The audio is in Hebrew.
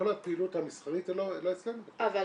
כל הפעילות המסחרית זה לא אצלנו בכלל.